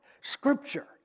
Scripture